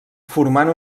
formant